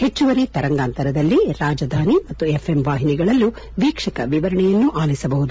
ಹೆಚ್ಚುವರಿ ತರಂಗಾಂತರದಲ್ಲಿ ರಾಜಧಾನಿ ಮತ್ತು ಎಫ್ಎಂ ವಾಹಿನಿಗಳಲ್ಲೂ ವೀಕ್ಷಕ ವಿವರಣೆಯನ್ನು ಆಲಿಸಬಹುದು